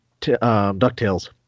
DuckTales